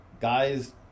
Guys